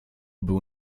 był